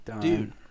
dude